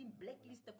Blacklist